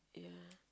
yeah